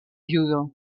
judo